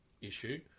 issue